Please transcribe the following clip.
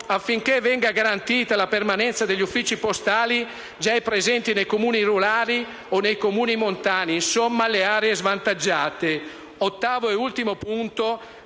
affinché venga garantita la permanenza degli uffici postali già presenti nei Comuni rurali o nei Comuni montani, insomma nelle aree svantaggiate; 8) assicurare un